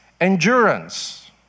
endurance